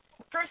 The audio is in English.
first